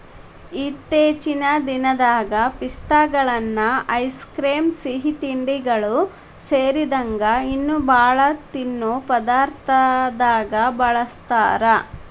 ಇತ್ತೇಚಿನ ದಿನದಾಗ ಪಿಸ್ತಾಗಳನ್ನ ಐಸ್ ಕ್ರೇಮ್, ಸಿಹಿತಿಂಡಿಗಳು ಸೇರಿದಂಗ ಇನ್ನೂ ಬಾಳ ತಿನ್ನೋ ಪದಾರ್ಥದಾಗ ಬಳಸ್ತಾರ